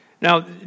Now